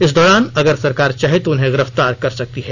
इस दौरान अगर सरकार चाहे तो उन्हें गिरफ्तार कर सकती है